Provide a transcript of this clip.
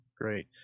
great